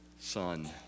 son